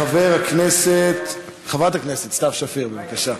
חברת הכנסת סתיו שפיר, בבקשה.